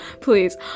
Please